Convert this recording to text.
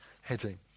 heading